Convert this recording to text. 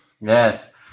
Yes